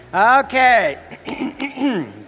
Okay